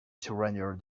surrender